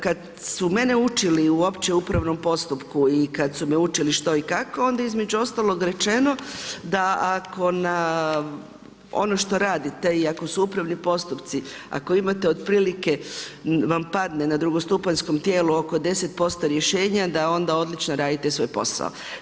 Kada su mene učili uopće o upravnom postupku i kada su me učili što i kako onda je između ostalog rečeno da ako na ono što radite i ako su upravni postupci, ako imate otprilike, vam padne na drugostupanjskom tijelu oko 10% rješenja da onda odlično radite svoj posao.